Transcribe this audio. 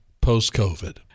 post-covid